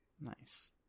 nice